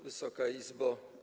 Wysoka Izbo!